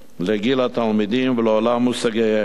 לגיל התלמידים ולעולם מושגיהם.